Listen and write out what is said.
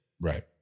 Right